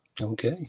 Okay